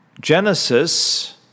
Genesis